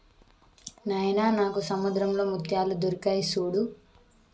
నాయిన నాకు సముద్రంలో ముత్యాలు దొరికాయి సూడు